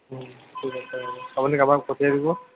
ঠিক আছে হ'ব আপুনি কাৰোবাক পঠিয়াই দিব